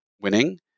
winning